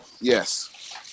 yes